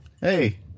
Hey